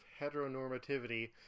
heteronormativity